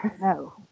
No